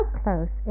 close